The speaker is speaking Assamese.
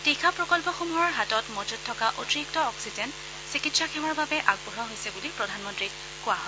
তীখা প্ৰকল্পসমূহৰ হাতত মজুত থকা অতিৰিক্ত অক্সিজেন চিকিংসা সেৱাৰ বাবে আগবঢ়োৱা হৈছে বুলি প্ৰধানমন্নীক কোৱা হয়